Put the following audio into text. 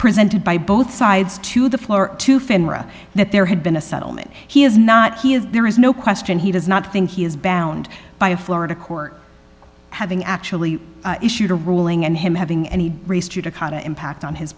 presented by both sides to the floor to finda that there had been a settlement he is not he is there is no question he does not think he is bound by a florida court having actually issued a ruling and him having any race to dakota impact on his